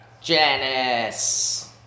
Janice